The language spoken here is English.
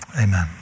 Amen